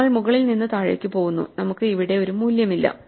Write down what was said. നമ്മൾ മുകളിൽ നിന്ന് താഴേക്ക് പോകുന്നു നമുക്ക് ഇവിടെ ഒരു മൂല്യമില്ല